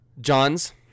John's